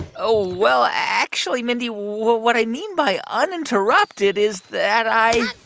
oh. well, actually, mindy, what what i mean by uninterrupted is that i.